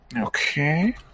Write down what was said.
Okay